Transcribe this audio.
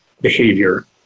behavior